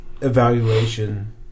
evaluation